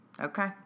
Okay